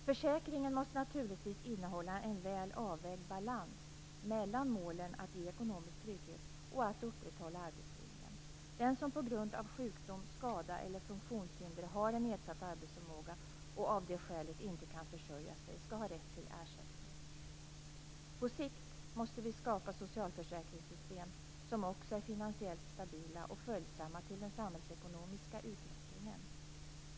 Försäkringen måste naturligtvis innehålla en väl avvägd balans mellan målen att ge ekonomisk trygghet och att upprätthålla arbetslinjen. Den som på grund av sjukdom, skada eller funktionshinder har en nedsatt arbetsförmåga och av det skälet inte kan försörja sig skall ha rätt till ersättning. På sikt måste vi skapa socialförsäkringssystem som också är finansiellt stabila och följsamma till den samhällsekonomiska utvecklingen.